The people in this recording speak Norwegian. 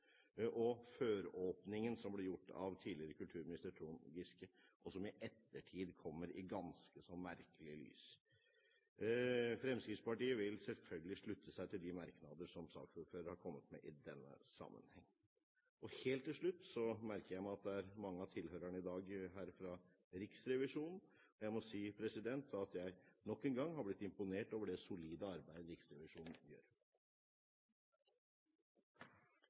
Og «føråpningen», som ble gjort av tidligere kulturminister Trond Giske, kommer i ettertid i et ganske så merkelig lys. Fremskrittspartiet vil selvfølgelig slutte seg til de merknader som saksordføreren har kommet med i denne sammenheng. Helt til slutt: Jeg merker meg at det er mange tilhørere her i dag fra Riksrevisjonen. Jeg må si at jeg nok en gang har blitt imponert over det solide arbeidet Riksrevisjonen gjør.